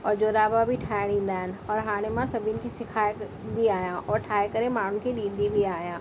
और जोराबा बि ठाहिणु ईंदा आहिनि और हाणे मां सभिनि खे सेखारींदी आहियां और ठाहे करे माण्हुनि खे ॾींदी बि आहियां